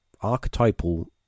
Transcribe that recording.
archetypal